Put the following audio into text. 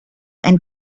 and